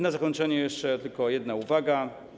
Na zakończenie jeszcze tylko jedna uwaga.